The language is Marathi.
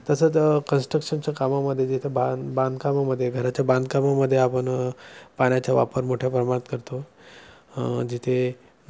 तसंच कनस्ट्रक्शनच्या कामामध्ये जिथे ब बांधकामामध्ये घराच्या बांधकामामध्ये आपण पाण्याचा वापर मोठ्या प्रमाणात करतो जिथे